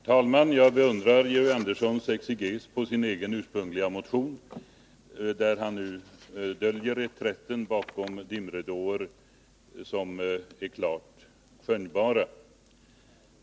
Herr talman! Jag beundrar Georg Anderssons exeges på sin egen ursprungliga motion. För det första: Här döljer han nu reträtten bakom dimridåer som är klart skönjbara.